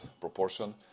proportion